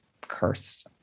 curse